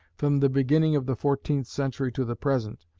from the beginning of the fourteenth century to the present,